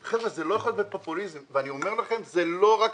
חבר'ה, זה לא יכול להיות